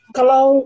Kalau